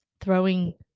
throwing